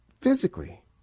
physically